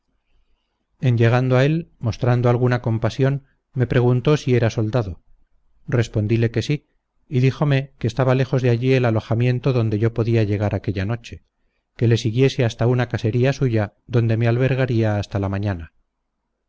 en llegando a él mostrando alguna compasión me preguntó si era soldado respondile que sí y díjome que estaba lejos de allí el alojamiento donde yo podía llegar aquella noche que le siguiese hasta una casería suya donde me albergaría hasta la mañana